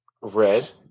Red